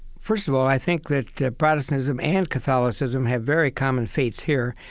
first of all, i think that protestantism and catholicism have very common fates here.